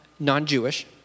Non-Jewish